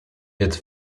its